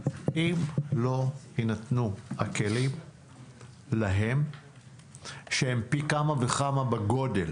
אם לא יינתנו להם הכלים שהם פי כמה וכמה בגודל